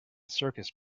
circus